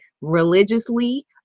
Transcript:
religiously